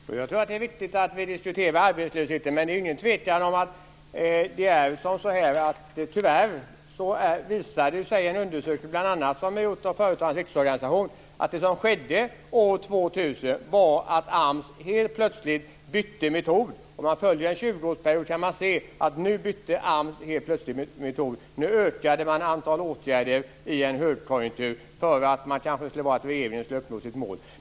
Fru talman! Jag tror att det är viktigt att vi diskuterar arbetslösheten, men tyvärr visar det sig i bl.a. en undersökning som är gjord av Företagarnas Riksorganisation att det som skedde år 2000 var att AMS helt plötsligt bytte metod. Man kan titta på en 20 årsperiod och se att AMS nu helt plötsligt bytte metod. Man ökade antalet åtgärder i en högkonjunktur, kanske för att regeringen skulle uppnå sitt mål.